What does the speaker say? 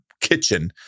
kitchen